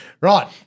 Right